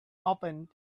open